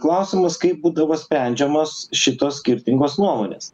klausimas kaip būdavo sprendžiamos šitos skirtingos nuomonės